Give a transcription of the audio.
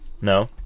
No